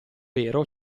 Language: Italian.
vero